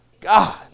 God